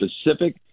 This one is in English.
specific